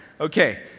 okay